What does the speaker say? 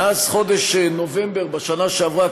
מאז חודש נובמבר בשנה שעברה,